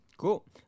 Cool